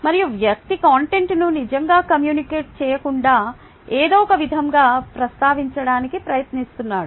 మరియు వ్యక్తి కంటెంట్ను నిజంగా కమ్యూనికేట్ చేయకుండా ఏదో ఒక విధంగా ప్రస్తావించడానికి ప్రయత్నిస్తున్నాడు